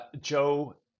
Joe